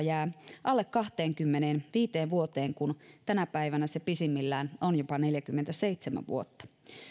jää alle kahteenkymmeneenviiteen vuoteen kun tänä päivänä se pisimmillään on jopa neljäkymmentäseitsemän vuotta